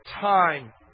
time